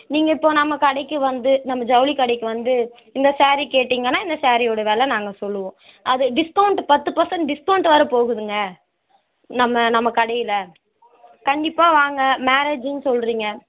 நீங்கள் இப்போது நம்ம கடைக்கு வந்து நம்ம ஜவுளி கடைக்கு வந்து இந்த சேரீ கேட்டீங்கன்னால் இந்த சேரீயோடய விலை நாங்கள் சொல்லுவோம் அதை டிஸ்கௌண்ட் பத்து பர்சண்ட் டிஸ்கௌண்ட் வேறு போகுதுங்க நம்ம நம்ம கடையில் கண்டிப்பாக வாங்க மேரேஜ்ஜுன்னு சொல்கிறீங்க